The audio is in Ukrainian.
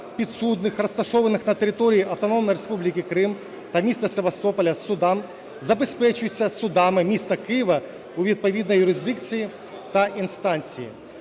підсудних розташованих на території Автономної Республіки Крим та міста Севастополя судам, забезпечуються судами міста Києва у відповідній юрисдикції та інстанції.